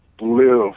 live